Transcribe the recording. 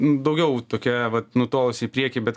daugiau tokia vat nutolus į priekį bet